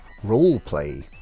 Roleplay